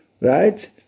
right